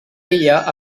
ella